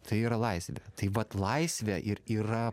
tai yra laisvė tai vat laisvė ir yra